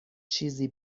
چیزی